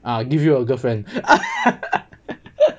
ah give you a girlfriend